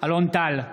אלון טל,